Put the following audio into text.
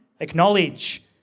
Acknowledge